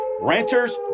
Renters